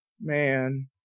Man